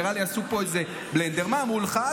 נראה לי עשו איזה בלנדר, מה אמרו לך?